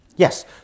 Yes